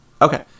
Okay